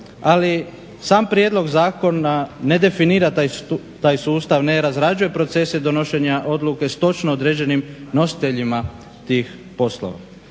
Ali sam prijedlog zakona ne definira taj sustav, ne razrađuje procese donošenja odluke s točno određenim nositeljima tih poslova.